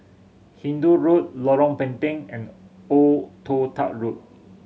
Hindoo Road Lorong Pendek and Old Toh Tuck Road